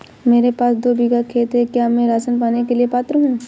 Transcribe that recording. मेरे पास दो बीघा खेत है क्या मैं राशन पाने के लिए पात्र हूँ?